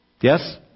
Yes